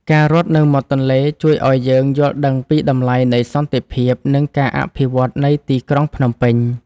ការរត់នៅមាត់ទន្លេជួយឱ្យយើងយល់ដឹងពីតម្លៃនៃសន្តិភាព និងការអភិវឌ្ឍនៃទីក្រុងភ្នំពេញ។